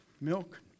milk